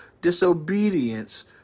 disobedience